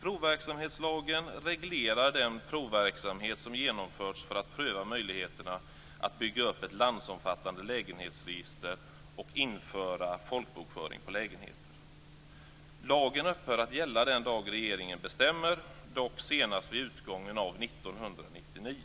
Provverksamhetslagen reglerar den provverksamhet som genomförts för att pröva möjligheterna att bygga upp ett landsomfattande lägenhetsregister och införa folkbokföring på lägenheter. Lagen upphör att gälla den dag regeringen bestämmer, dock senast vid utgången av år 1999.